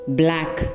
black